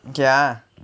okay ah